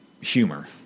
humor